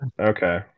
Okay